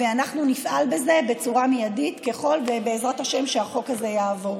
ואנחנו נפעל בזה בצורה מיידית ככל שהחוק הזה יעבור,